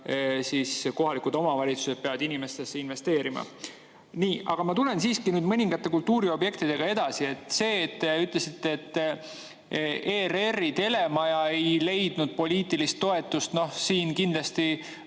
mida kohalikud omavalitsused peavad inimestesse investeerima. Aga ma lähen siiski mõningate kultuuriobjektidega edasi. Te ütlesite, et ERR-i telemaja ei leidnud poliitilist toetust. Siin kindlasti